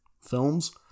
films